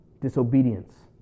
disobedience